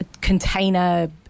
container